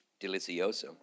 Delicioso